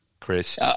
Chris